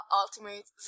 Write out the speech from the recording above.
Ultimate